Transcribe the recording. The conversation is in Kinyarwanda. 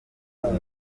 uru